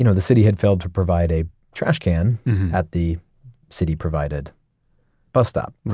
you know the city had failed to provide a trashcan at the city-provided bus stop.